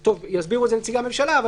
יסבירו את זה נציגי הממשלה,